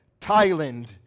Thailand